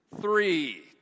three